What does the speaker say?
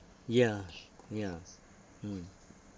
ya ya mm